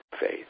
faith